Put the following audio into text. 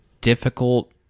difficult